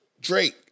Drake